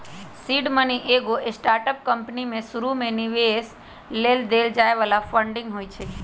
seed money एगो startup company में शुरुमे निवेश लेल देल जाय बला फंडिंग होइ छइ